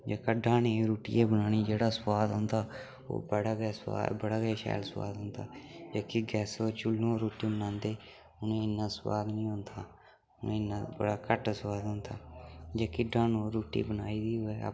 जेह्का डाह्नै दी रुट्टियै बनानी जेह्ड़ा स्वाद आंदा ओह् बड़ा गै स्वाद बड़ा गै शैल स्वाद होंदा जेह्की गैसे चुल्लें रुट्टी बनांदे उनें इन्ना स्वाद नी होंदा उनें इन्ना बड़ा घट्ट स्वाद होंदा जेह्की डाह्नै पर रुट्टी बनाई दी होऐ